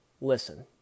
listen